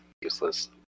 Useless